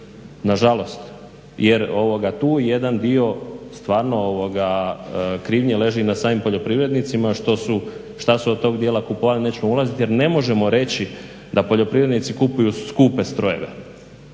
nažalost. Jer tu jedan dio stvarno krivnje leži na samim poljoprivrednicima. Što su od tog dijela kupovali nećemo ulaziti jer ne možemo reći da poljoprivrednici kupuju skupe strojeve.